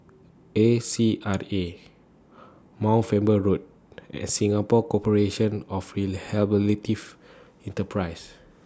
A C R A Mount Faber Road and Singapore Corporation of Enterprises